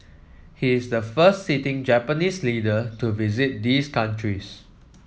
he is the first sitting Japanese leader to visit these countries